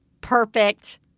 perfect